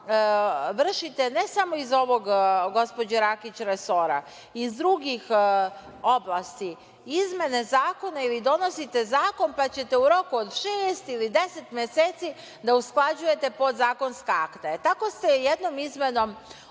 vršiti ne samo iz ovog, gospođo Rakić, resora, iz drugih oblasti izmene zakona ili donosite zakon pa ćete u roku od šest ili deset meseci da usklađujete podzakonska akta. Tako ste jednom izmenom